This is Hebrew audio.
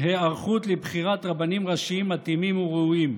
והיערכות לבחירת רבנים ראשיים מתאימים וראויים,